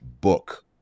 book